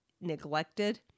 neglected